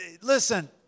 listen